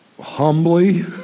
humbly